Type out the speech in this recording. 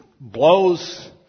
blows